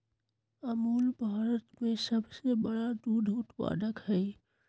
अमूल भारत में सबसे बड़ा दूध उत्पादक हई